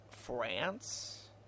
France